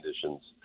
conditions